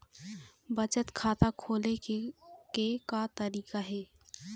बचत खाता खोले के का तरीका हे?